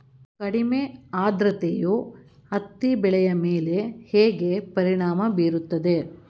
ಕಡಿಮೆ ಆದ್ರತೆಯು ಹತ್ತಿ ಬೆಳೆಯ ಮೇಲೆ ಹೇಗೆ ಪರಿಣಾಮ ಬೀರುತ್ತದೆ?